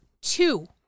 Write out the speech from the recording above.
two